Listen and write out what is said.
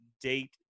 date